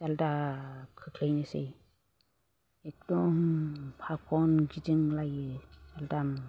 जाल्दाब खोख्लैनोसै एकदम फाखन गिदिंलायो जाल्दाम